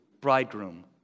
bridegroom